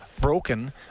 broken